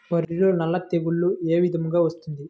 వరిలో సల్ల తెగులు ఏ విధంగా వస్తుంది?